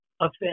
offense